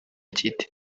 kiti